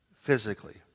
physically